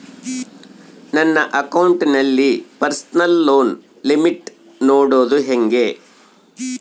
ನನ್ನ ಅಕೌಂಟಿನಲ್ಲಿ personal loan limit ನೋಡದು ಹೆಂಗೆ?